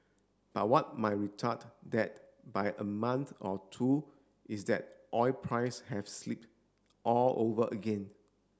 but what might retard that by a month or two is that oil price have slip all over again